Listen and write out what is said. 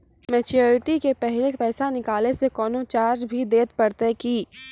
Maturity के पहले पैसा निकालै से कोनो चार्ज भी देत परतै की?